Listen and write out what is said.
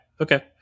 okay